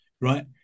right